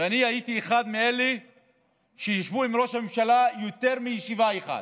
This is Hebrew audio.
ואני הייתי אחד מאלה שישבו עם ראש הממשלה יותר מישיבה אחת.